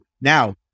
Now